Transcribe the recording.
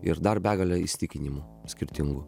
ir dar begale įsitikinimų skirtingų